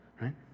right